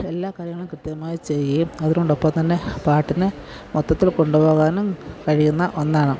എല്ലാ കാര്യങ്ങളും കൃത്യമായി ചെയ്യുകയും അതിനോടൊപ്പം തന്നെ പാട്ടിനെ മൊത്തത്തില് കൊണ്ടുപോകാനും കഴിയുന്ന ഒന്നാണ്